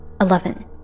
Eleven